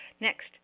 Next